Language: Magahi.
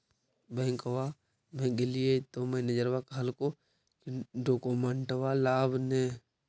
बैंकवा मे गेलिओ तौ मैनेजरवा कहलको कि डोकमेनटवा लाव ने?